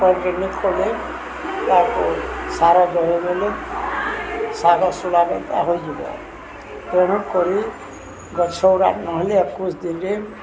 ତାକୁ ସାର ବିହନ କଲେ ହୋଇଯିବ ତେଣୁ କରି ଗଛ ନହେଲେ ଏକୋଇଶି ଦିନରେ